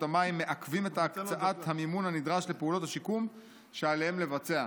המים מעכבים את הקצאת המימון הנדרש לפעולות השיקום שעליהם לבצע.